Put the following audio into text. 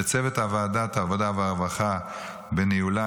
לצוות ועדת העבודה והרווחה בניהולה